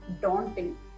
daunting